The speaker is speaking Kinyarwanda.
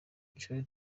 jolly